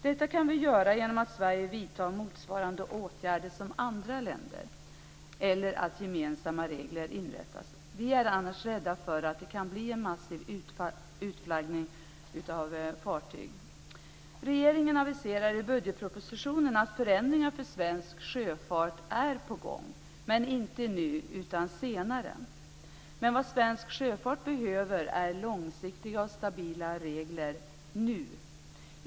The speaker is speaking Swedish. Detta kan vi göra genom att Sverige vidtar motsvarande åtgärder som andra länder eller att gemensamma regler inrättas. Vi är rädda för att det annars kan bli en massiv utflaggning av fartyg. Regeringen aviserar i budgetpropositionen att förändringar för svensk sjöfart är på gång, men inte nu utan senare. Men vad svensk sjöfart behöver är långsiktiga och stabila regler nu.